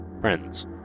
friends